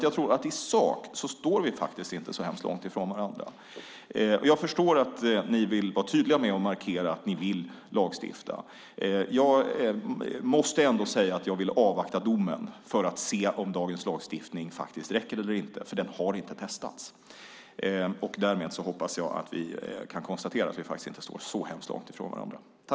Jag tror alltså att vi i sak inte står så hemskt långt ifrån varandra. Jag förstår att ni vill vara tydliga med och markera att ni vill lagstifta, men jag måste ändå säga att jag vill avvakta domen för att se om dagens lagstiftning räcker eller inte. Den har nämligen inte testats. Därmed hoppas jag att vi kan konstatera att vi faktiskt inte står så hemskt långt ifrån varandra.